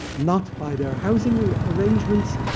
not by their housing arrangements.